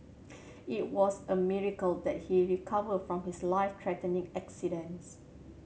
it was a miracle that he recovered from his life threatening accidents